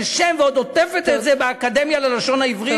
שם ועוד עוטפת את זה באקדמיה ללשון העברית.